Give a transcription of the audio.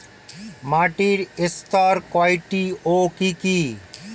মাটির স্তর কয়টি ও কি কি?